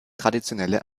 traditionelle